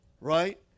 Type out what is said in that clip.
right